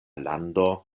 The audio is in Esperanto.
lando